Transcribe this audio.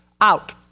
out